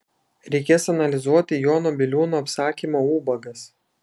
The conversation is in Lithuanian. reikės analizuoti jono biliūno apsakymą ubagas